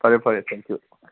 ꯐꯔꯦ ꯐꯔꯦ thank Q